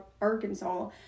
Arkansas